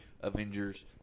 Avengers